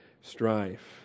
strife